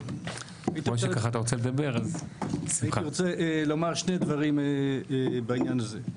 הייתי רוצה לומר שני דברים בעניין הזה.